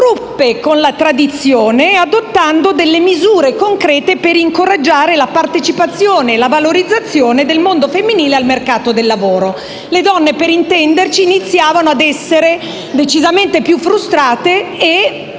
ruppe con la tradizione adottando delle misure concrete per incoraggiare la partecipazione e la valorizzazione del mondo femminile nel mercato del lavoro. Le donne, per intenderci, iniziavano ad essere decisamente più frustrate e